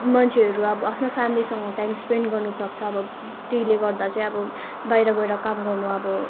मान्छेहरू अब आफ्नो फ्यामेलीसँग टाइम स्पेन्ट गर्नुसक्छ अब टीले गर्दा चाहिँ अब बाहिर गएर काम गर्नु अब